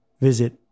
visit